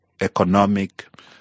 Economic